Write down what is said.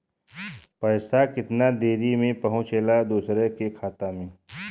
पैसा कितना देरी मे पहुंचयला दोसरा के खाता मे?